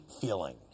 feeling